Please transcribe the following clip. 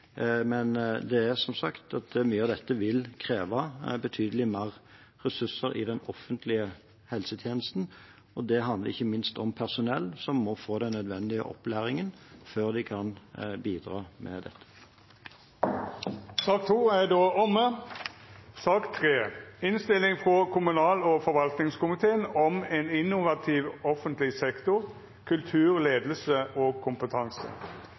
sagt: Mye av dette vil kreve betydelig mer ressurser i den offentlige helsetjenesten. Det handler ikke minst om personell, som må få den nødvendige opplæringen før de kan bidra. Interpellasjonsdebatten er då omme. Etter ønske frå kommunal- og forvaltningskomiteen vil presidenten ordna debatten slik: 5 minutt til kvar partigruppe og